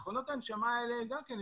גם המספר של מכונות ההנשמה האלה מועט,